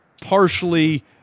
partially